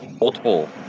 multiple